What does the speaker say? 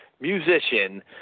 musician